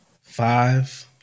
five